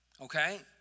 okay